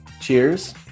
Cheers